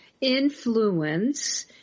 influence